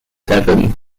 devon